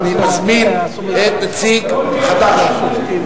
ואני מזמין את נציג חד"ש,